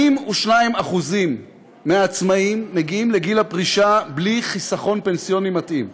42% מהעצמאים מגיעים לגיל הפרישה בלי חיסכון פנסיוני מתאים,